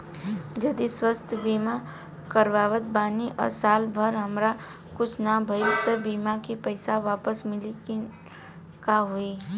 जदि स्वास्थ्य बीमा करावत बानी आ साल भर हमरा कुछ ना भइल त बीमा के पईसा वापस मिली की का होई?